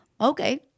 Okay